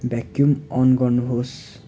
vacuum on गर्नुहोस्